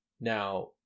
now